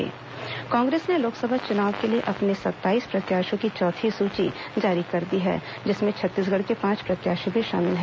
कांग्रेस सूची भाजपा बैठक कांग्रेस ने लोकसभा चुनाव के लिए अपने सत्ताईस प्रत्याशियों की चौथी सूची जारी कर दी है जिनमें छत्तीसगढ़ के पांच प्रत्याशी भी शामिल हैं